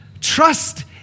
Trust